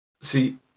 See